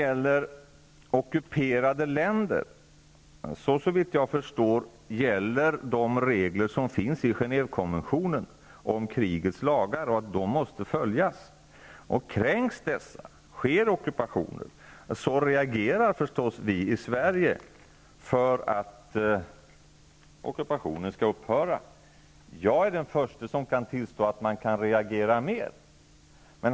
För ockuperade länder gäller så vitt jag förstår reglerna i Genèvekonventionen om krigets lagar. De måste följas. Om dessa lagar kränks genom att en ockupation äger rum reagerar förstås vi i Sverige för att ockupationen skall upphöra. Jag är den förste att tillstå att man kan reagera mer.